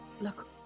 look